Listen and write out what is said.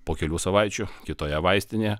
po kelių savaičių kitoje vaistinėje